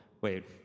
wait